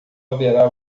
haverá